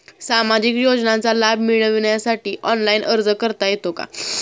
सामाजिक योजनांचा लाभ मिळवण्यासाठी ऑनलाइन अर्ज करता येतो का?